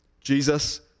Jesus